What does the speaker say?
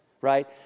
right